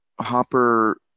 Hopper